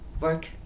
work